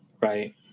right